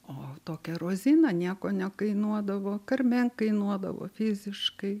o tokia rozina nieko nekainuodavo karmen kainuodavo fiziškai